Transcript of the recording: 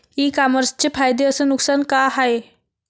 इ कामर्सचे फायदे अस नुकसान का हाये